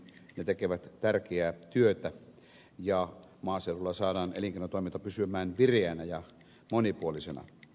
ne tekevät tärkeää työtä ja maaseudulla saadaan elinkeinotoiminta pysymään vireänä ja monipuolisena